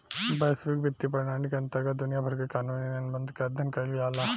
बैसविक बित्तीय प्रनाली के अंतरगत दुनिया भर के कानूनी अनुबंध के अध्ययन कईल जाला